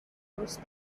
coast